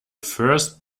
first